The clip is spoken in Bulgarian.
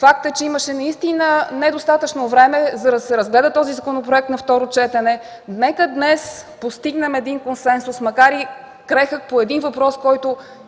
Факт е, че имаше наистина недостатъчно време, за да се разгледа този законопроект на второ четене. Нека днес постигнем консенсус, макар и крехък, по един въпрос, който